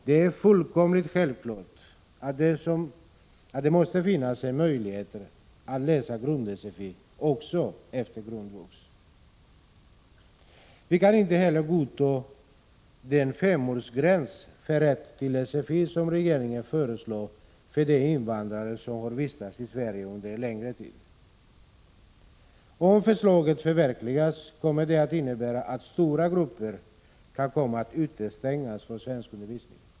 Det är fullkomligt självklart att det måste finnas möjligheter att läsa grund-sfi också efter grundvux. Vi kan inte heller godta den femårsgräns för rätt till sfi som regeringen föreslår för de invandrare som har vistats i Sverige under längre tid. Om det förslaget förverkligas kommer det att innebära att stora grupper kan komma att utestängas från svenskundervisning.